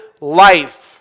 life